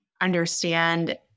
understand